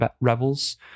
rebels